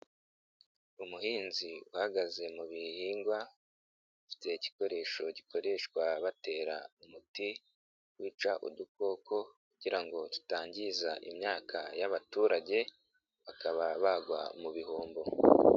Umuhinzi uhagaze mu bihingwa, afite igikoresho gikoreshwa batera umuti wica udukoko kugira ngo tutangiza imyaka y'abaturage, bakaba bagwa mu bihombo.